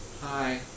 Hi